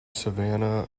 savanna